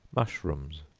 mushrooms.